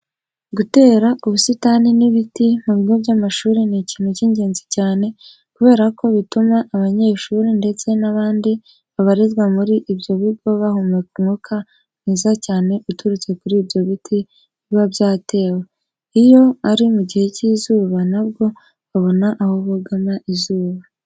Gutera ubusitani ndetse n'ibiti mu bigo by'amashuri ni ikintu cy'ingenzi cyane kubera ko bituma abanyeshuri ndetse n'abandi babarizwa muri ibyo bigo bahumeka umwuka mwiza cyane uturutse kuri ibyo biti biba byatewe. Iyo ari mu gihe cy'izuba na bwo babona aho bugama izuba.